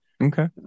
okay